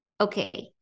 Okay